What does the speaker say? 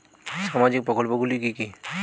সামাজিক প্রকল্প গুলি কি কি?